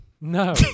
No